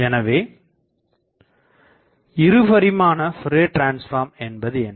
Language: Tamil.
எனவே இருபரிமாண ஃபோரியர் டிரான்ஸ்பார்ம் என்பது என்ன